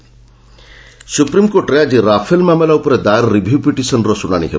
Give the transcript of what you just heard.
SC Rafale ସୁପ୍ରିମକୋର୍ଟରେ ଆଜି Rafale ମାମଲା ଉପରେ ଦାୟାର ରିଭ୍ୟୁ ପିଟିସନ୍ର ଶୁଣାଣି ହେବ